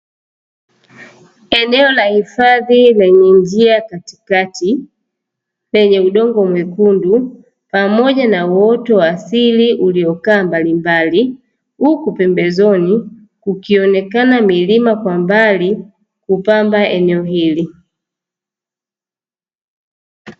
Eneo la hifadhi lenye njia katikati lenye udongo mwekundu pamoja na uoto wa asili uliokaa mbalimbali, huku pembezoni kukionekana milima kwa mbali kupamba eneo hili.